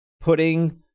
putting